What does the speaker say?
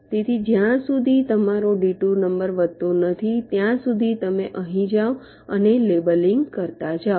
તેથી જ્યાં સુધી તમારો ડિટુર નંબર વધતો નથી ત્યાં સુધી તમે અહીં જાઓ અને લેબલિંગ કરતા જાઓ